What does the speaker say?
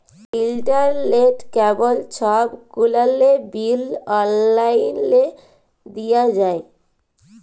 ইলটারলেট, কেবল ছব গুলালের বিল অললাইলে দিঁয়া যায়